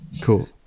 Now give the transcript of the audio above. cool